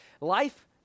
life